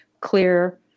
clear